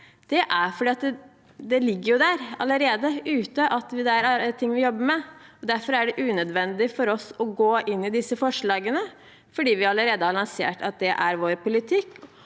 det, er at det allerede ligger ute, dette er ting vi jobber med. Derfor er det unødvendig for oss å gå inn i disse forslagene, for vi har allerede lansert at det er vår politikk